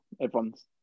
everyone's